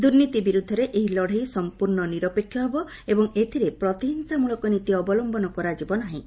ଦୁର୍ନୀତି ବିରୁଦ୍ଧରେ ଏହି ଲଢ଼େଇ ସମ୍ପର୍ଶ୍ଣ ନିରପେକ୍ଷ ହେବ ଏବଂ ଏଥିରେ ପ୍ରତିହିଂସା ମୃଳକ ନୀତି ଅବଲୟନ କରାଯିବ ନାହିଁ